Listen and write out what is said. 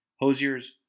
Hosier's